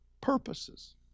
purposes